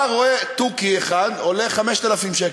בא, רואה, תוכי אחד עולה 5,000 שקל.